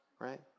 Right